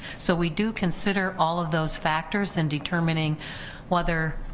so we do consider all of those factors in determining whether,